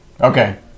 Okay